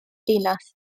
ddinas